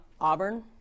Auburn